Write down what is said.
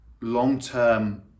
long-term